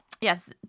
Yes